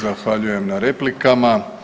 Zahvaljujem na replikama.